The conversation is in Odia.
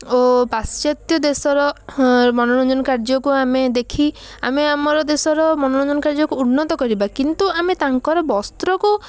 ଓ ପାଶ୍ଚାତ୍ୟ ଦେଶର ମନୋରଞ୍ଜନ କାର୍ଯ୍ୟକୁ ଆମେ ଦେଖି ଆମେ ଆମର ଦେଶର ମନୋରଞ୍ଜନ କାର୍ଯ୍ୟକୁ ଉନ୍ନତ କରିବା କିନ୍ତୁ ଆମେ ତାଙ୍କର ବସ୍ତ୍ରକୁ